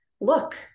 look